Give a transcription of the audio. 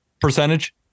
percentage